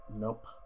Nope